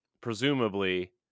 presumably